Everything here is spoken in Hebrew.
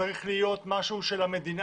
שצריך להיות משהו של המדינה